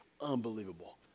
Unbelievable